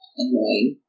annoying